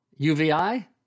UVI